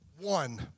One